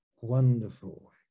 wonderful